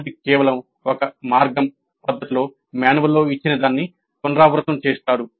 విద్యార్థి కేవలం ఒక మార్గం పద్ధతిలో మాన్యువల్లో ఇచ్చినదానిని పునరావృతం చేస్తాడు